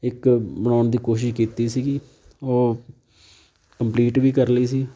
ਇੱਕ ਬਣਾਉਣ ਦੀ ਕੋਸ਼ਿਸ਼ ਕੀਤੀ ਸੀਗੀ ਉਹ ਕੰਪਲੀਟ ਵੀ ਕਰ ਲਈ ਸੀ